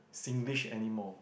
Singlish anymore